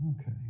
okay